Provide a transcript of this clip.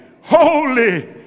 holy